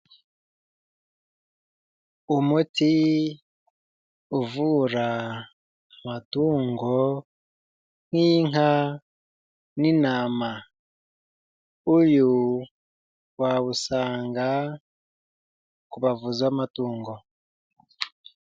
Umuti uvura amatungo nk'inka n'intama. Uyu wawusanga ku bavuzi b'amatungo.